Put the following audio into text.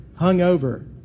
hungover